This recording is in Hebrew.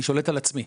אני שולט על עצמי.